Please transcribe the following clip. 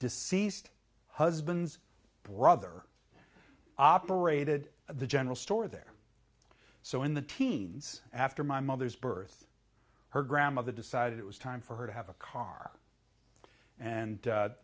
deceased husband's brother operated the general store there so in the teens after my mother's birth her grandmother decided it was time for her to have a car and